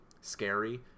scary